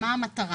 המטרה.